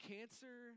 Cancer